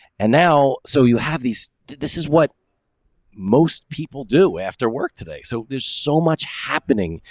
and now so you have these. this is what most people do after work today. so there's so much happening.